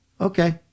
Okay